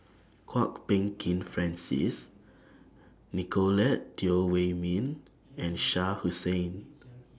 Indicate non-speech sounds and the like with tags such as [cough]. Kwok Peng Kin Francis Nicolette Teo Wei Min and [noise] Shah Hussain